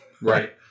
Right